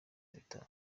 nabitanu